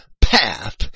path